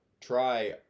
try